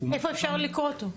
איפה אפשר לקרוא אותו?